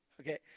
Okay